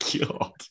god